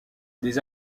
des